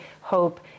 hope